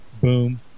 boom